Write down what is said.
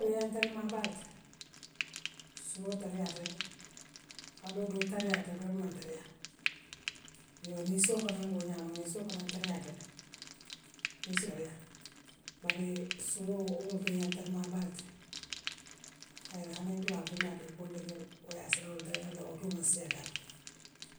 Tariaatale maa baa ti, suwoo tariaatale, falool dool tariaatale doolu man tariaa yoo niissoo fanaŋ bo ňaabo niissoo fanaŋ tariaatale niŋ sila beala. Baree suwoo woo muŋ beaŋ taremaa baa letti. Ahaena hante nte baa kuuwool leeke de woolu leyaa seraŋo tariyaa danŋoo woolu tuu be seyaa daami.